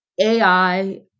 AI